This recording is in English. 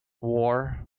war